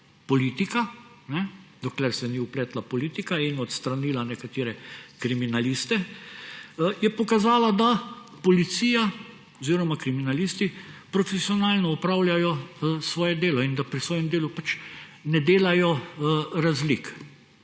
preiskava, dokler se ni vpletla politika in odstranila nekatere kriminaliste, je pokazala, da policija oziroma kriminalisti profesionalno opravljajo svoje delo in da pri svojem delu pač ne delajo razlik.